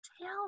Tell